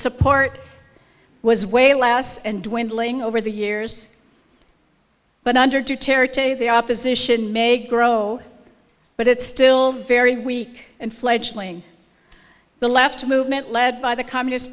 support was way less and dwindling over the years but under territory the opposition may grow but it's still very weak and fledgling the left movement led by the communist